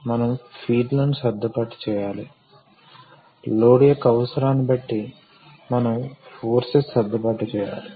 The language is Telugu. కాబట్టి మనం ద్రవంలో ఒక పాయింట్ వద్ద ప్రెషర్ని వర్తింపజేస్తే అదే ప్రెషర్ ద్రవం అంతటా సంక్రమిస్తుంది ఇది అన్నిచోట్లా వర్తించబడుతుంది